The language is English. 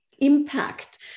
Impact